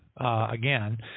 Again